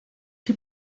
die